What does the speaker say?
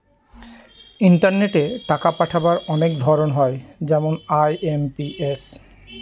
ইন্টারনেটে টাকা পাঠাবার অনেক ধরন হয় যেমন আই.এম.পি.এস